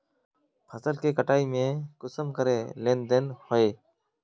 फसल के कटाई में कुंसम करे लेन देन होए?